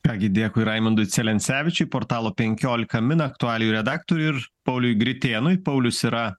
ką gi dėkui raimundui celencevičiui portalo penkiolika min aktualijų redaktoriui ir pauliui gritėnui paulius yra